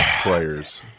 players